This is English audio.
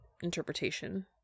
interpretation